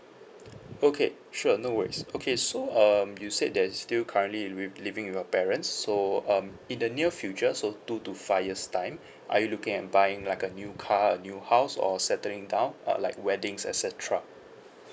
okay sure no worries okay so um you said that you still currently wi~ living your parents so um in the near future so two to five years' time are you looking at buying like a new car a new house or settling down uh like weddings et cetera